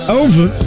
over